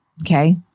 Okay